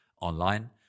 online